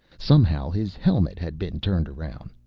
somehow his helmet had been turned around.